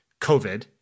COVID